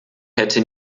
hätte